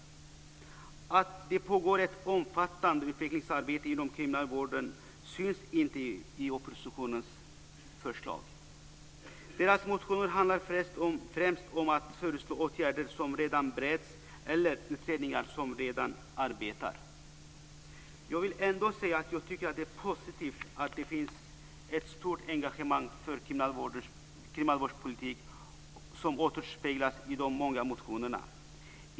Att det pågår ett omfattande utvecklingsarbete inom kriminalvården syns inte i oppositionens förslag. Deras motioner handlar främst om att föreslå åtgärder som redan bereds eller utredningar som redan arbetar. Jag vill ändå säga att jag tycker att det är positivt att det finns ett stort engagemang för kriminalvårdspolitik, som återspeglas i de många motionerna.